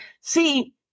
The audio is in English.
see